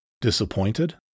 Disappointed